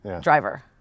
driver